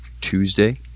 Tuesday